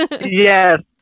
Yes